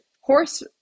horse